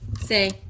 Say